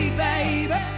baby